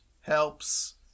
helps